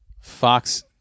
Fox